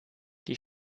die